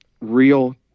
real